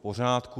V pořádku.